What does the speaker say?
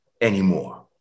anymore